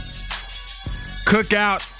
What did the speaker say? Cookout